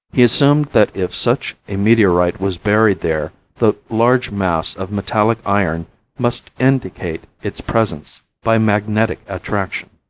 he assumed that if such a meteorite was buried there the large mass of metallic iron must indicate its presence by magnetic attraction.